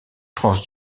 france